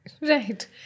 Right